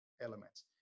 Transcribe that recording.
elements